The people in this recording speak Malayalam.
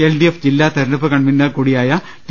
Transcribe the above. എൽ ഡി എഫ് ജില്ലാ തെരഞ്ഞെടുപ്പ് കൺവീനർ കൂടിയായ ടി